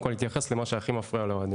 כל להתייחס למה שהכי מפריע לאוהדים.